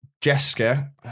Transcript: Jessica